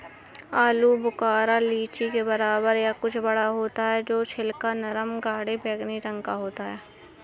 आलू बुखारा लीची के बराबर या कुछ बड़ा होता है और छिलका नरम गाढ़े बैंगनी रंग का होता है